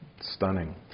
stunning